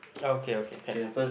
okay okay can